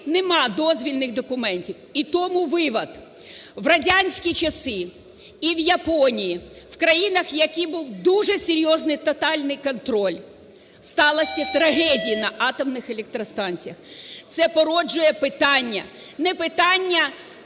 немає дозвільних документів. І тому вывод. В радянські часи і в Японії, в країнах, в яких був дуже серйозний тотальний контроль, сталися трагедії на атомних електростанціях. Це породжує питання, не питання,